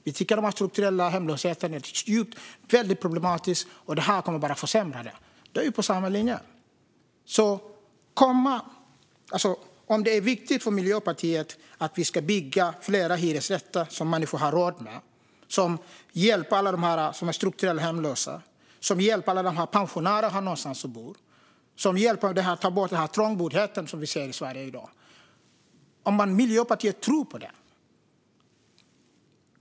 Vi tycker att den strukturella hemlösheten är ett stort problem, och det här förslaget kommer bara att försämra det hela. Gjorde ni det vore vi på samma linje. Är det viktigt för Miljöpartiet att vi bygger fler hyresrätter som människor har råd med och som hjälper alla som är strukturellt hemlösa, som hjälper alla pensionärer så att de har någonstans att bo och som tar bort den trångboddhet som vi i dag ser i Sverige?